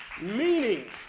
Meaning